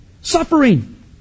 suffering